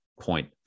point